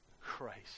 Christ